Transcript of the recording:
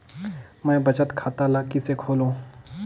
मैं बचत खाता ल किसे खोलूं?